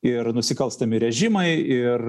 ir nusikalstami režimai ir